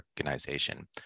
organization